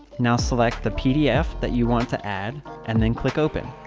now select the pdf that you want to add and then click open.